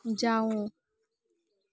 जाउ